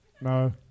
No